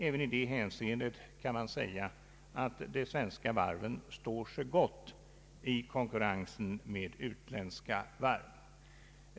Även i det hänseendet kan man säga att de svenska varven står sig gott i konkurrensen med utländska varv.